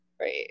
Right